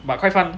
but quite fun